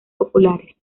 populares